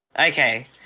Okay